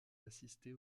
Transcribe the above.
assister